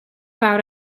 fawr